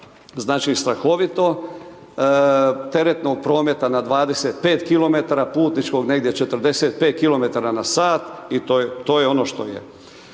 znači strahovito teretnog prometa na 25km, putničkog negdje 45km na sat i to je ono što je.